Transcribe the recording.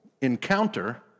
encounter